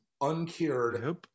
uncured